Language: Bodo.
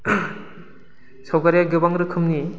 सावगारिया गोबां रोखोमनि